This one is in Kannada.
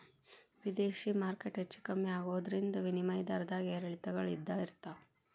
ವಿದೇಶಿ ಮಾರ್ಕೆಟ್ ಹೆಚ್ಚೂ ಕಮ್ಮಿ ಆಗೋದ್ರಿಂದ ವಿನಿಮಯ ದರದ್ದಾಗ ಏರಿಳಿತಗಳು ಇದ್ದ ಇರ್ತಾವ